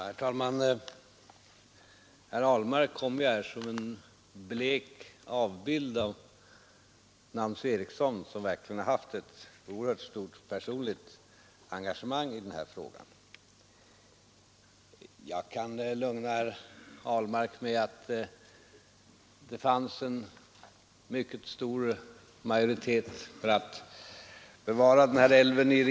Herr talman! Herr Ahlmark kommer som en blek avbild av en Nancy Eriksson, som verkligen haft ett oerhört starkt personligt engagemang i den här frågan. Jag kan lugna herr Ahlmark med att det inom regeringen fanns en mycket stor majoritet för att bevara den här älven.